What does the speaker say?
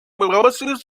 oasis